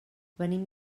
venim